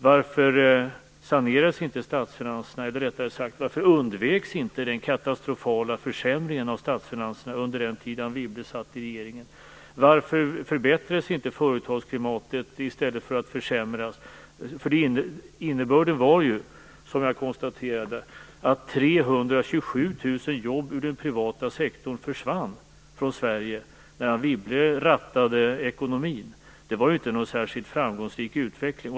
Varför sanerades inte statsfinanserna, eller - rättare sagt - varför undveks inte den katastrofala försämringen av statsfinanserna under den tid som Anne Wibble satt i regeringen? Varför förbättrades inte företagsklimatet i stället för att försämras? Innebörden var ju, som jag konstaterade, att 327 000 jobb i den privata sektorn försvann från Sverige när Anne Wibble rattade ekonomin. Det var inte någon särskilt framgångsrik utveckling.